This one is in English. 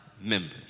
members